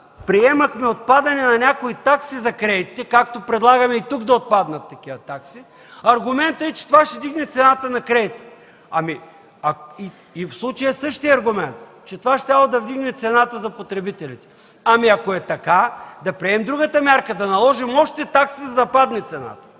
приемахме отпадане на някои такси за кредитите, както предлагаме и тук да отпаднат такива такси, аргументът е, че това ще вдигне цената на кредитите. В случая е същият аргумент, че това щяло да вдигне цената за потребителите. Ами ако е така, да приемем другата мярка – да наложим още такси, за да падне цената.